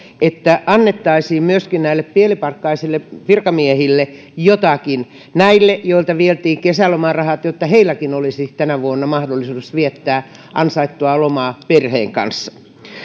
että annettaisiin myöskin näille pienipalkkaisille virkamiehille jotakin näille joilta vietiin kesälomarahat jotta heilläkin olisi tänä vuonna mahdollisuus viettää ansaittua lomaa perheen kanssa